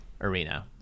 arena